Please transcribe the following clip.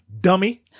Dummy